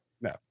No